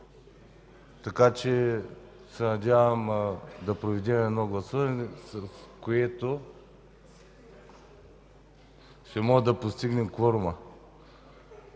така че се надявам да проведем ново гласуване, с което ще можем да постигнем кворума.